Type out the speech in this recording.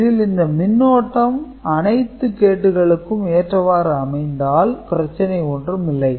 இதில் இந்த மின்னோட்டம் அனைத்து கேட்டுகளுக்கும் ஏற்றவாறு அமைத்தால் பிரச்சனை ஒன்றும் இல்லை